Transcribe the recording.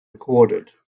recorded